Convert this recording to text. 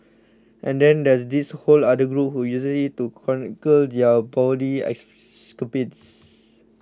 and then there's this whole other group who uses it to chronicle their bawdy escapades